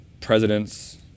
presidents